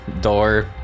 door